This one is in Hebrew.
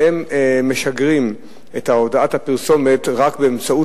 והן משגרות את הודעת הפרסומת רק באמצעות